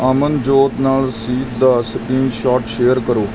ਅਮਨਜੋਤ ਨਾਲ ਰਸੀਦ ਦਾ ਸਕ੍ਰੀਨਸ਼ੋਟ ਸ਼ੇਅਰ ਕਰੋ